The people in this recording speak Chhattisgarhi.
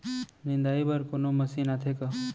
निंदाई बर कोनो मशीन आथे का?